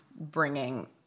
bringing –